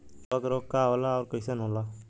कवक रोग का होला अउर कईसन होला?